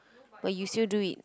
but you still do it